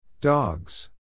Dogs